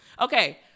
Okay